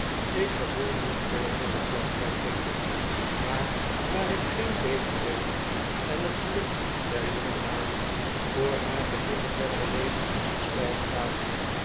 ik gevoel niet veel voor het plan zei pickwick maar daar ik geen beter weet en het geluk der jongedame voor haar ge heele ver'dere leven op het spel staat